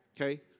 okay